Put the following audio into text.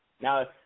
Now